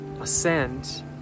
ascend